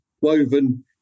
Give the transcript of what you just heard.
woven